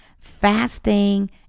fasting